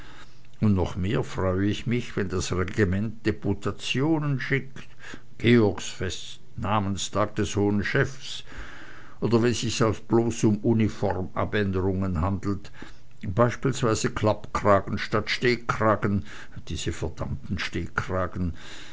und noch mehr freu ich mich wenn das regiment deputationen schickt georgsfest namenstag des hohen chefs oder wenn sich's auch bloß um uniformabänderungen handelt beispielsweise klappkragen statt stehkragen diese verdammten stehkragen